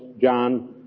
John